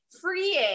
freeing